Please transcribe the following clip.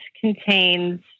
contains